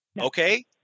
okay